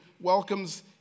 welcomes